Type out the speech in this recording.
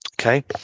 Okay